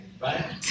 Right